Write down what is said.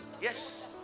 yes